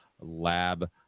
lab